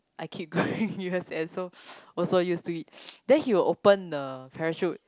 I keep going u_s_s so also used to it then he will open the parachute